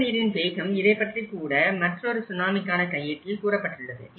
வெள்ள நீரின் வேகம் இதைப் பற்றிகூட மற்றொரு சுனாமிக்கான கையேட்டில் கூறப்பட்டுள்ளது